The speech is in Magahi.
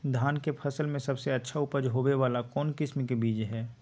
धान के फसल में सबसे अच्छा उपज होबे वाला कौन किस्म के बीज हय?